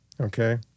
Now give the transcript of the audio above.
okay